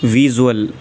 visual